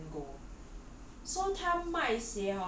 is a lot of shoe at one go